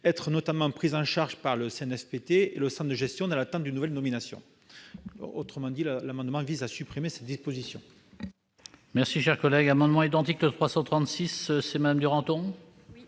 peut notamment être pris en charge par le CNFPT et le centre de gestion dans l'attente d'une nouvelle nomination. Aussi, l'amendement vise à supprimer cette disposition.